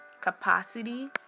capacity